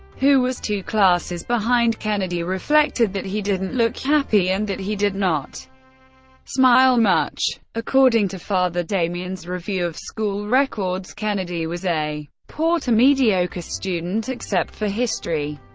who was two classes behind kennedy, reflected that he didn't look happy and that he did not smile much. according to father damian's review of school records, kennedy was a poor-to-mediocre student, except for history.